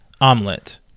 omelet